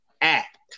Act